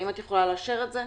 האם את יכולה לאשר את זה?